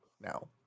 now